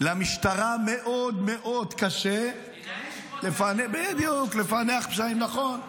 למשטרה מאוד מאוד קשה לפענח פשעים עם